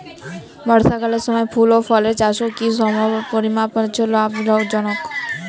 বর্ষাকালের সময় ফুল ও ফলের চাষও কি সমপরিমাণ লাভজনক?